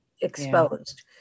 exposed